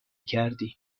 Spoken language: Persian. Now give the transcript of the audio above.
کردی